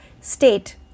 state